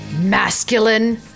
masculine